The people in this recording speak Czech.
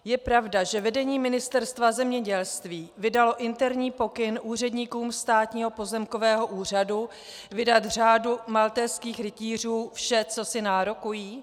Je pravda, že vedení Ministerstva zemědělství vydalo interní pokyn úředníkům Státního pozemkového úřadu vydat řádu maltézských rytířů vše, co si nárokují?